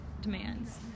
demands